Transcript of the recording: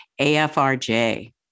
AFRJ